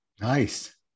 Nice